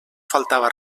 faltava